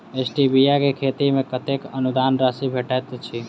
Stevia केँ खेती मे कतेक अनुदान राशि भेटैत अछि?